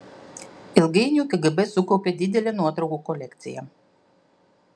ilgainiui kgb sukaupė didelę nuotraukų kolekciją